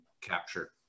capture